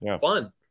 fun